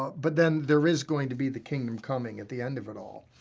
but then there is going to be the kingdom coming at the end of it all.